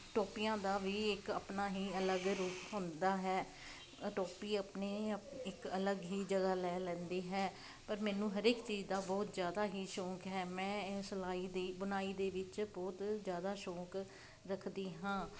ਟੋਪੀਆਂ ਦਾ ਵੀ ਇੱਕ ਆਪਣਾ ਹੀ ਅਲੱਗ ਰੂਪ ਹੁੰਦਾ ਹੈ ਟੋਪੀ ਆਪਣੇ ਆਪ ਇੱਕ ਅਲੱਗ ਹੀ ਜਗ੍ਹਾ ਲੈ ਲੈਂਦੀ ਹੈ ਪਰ ਮੈਨੂੰ ਹਰੇਕ ਚੀਜ਼ ਦਾ ਬਹੁਤ ਜ਼ਿਆਦਾ ਹੀ ਸ਼ੌਂਕ ਹੈ ਮੈਂ ਇਹ ਸਿਲਾਈ ਦੀ ਬੁਣਾਈ ਦੇ ਵਿੱਚ ਬਹੁਤ ਜ਼ਿਆਦਾ ਸ਼ੌਂਕ ਰੱਖਦੀ ਹਾਂ